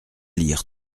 lire